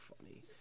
funny